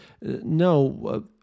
No